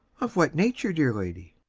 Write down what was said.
of what nature, dear lady?